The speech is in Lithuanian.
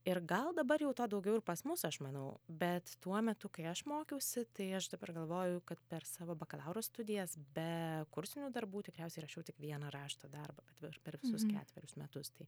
ir gal dabar jau to daugiau ir pas mus aš manau bet tuo metu kai aš mokiausi tai aš dabar galvoju kad per savo bakalauro studijas be kursinių darbų tikriausiai rašiau tik vieną rašto darbą atvir per visus ketveris metus tai